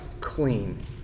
clean